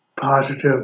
positive